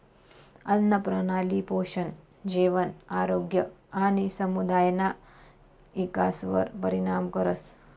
आन्नप्रणाली पोषण, जेवण, आरोग्य आणि समुदायना इकासवर परिणाम करस